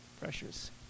pressures